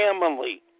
family